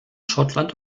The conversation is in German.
schottland